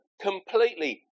Completely